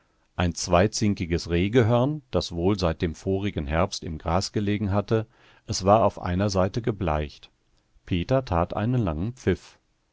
ein zweizinkiges rehgehörn das wohl seit dem vorigen herbst im gras gelegen hatte es war auf einer seite gebleicht peter tat einen langen pfiff